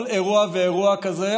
כל אירוע ואירוע כזה,